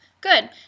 Good